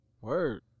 Word